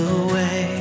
away